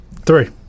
three